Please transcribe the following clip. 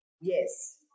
Yes